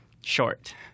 short